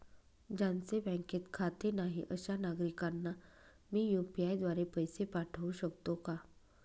ज्यांचे बँकेत खाते नाही अशा नागरीकांना मी यू.पी.आय द्वारे पैसे पाठवू शकतो का?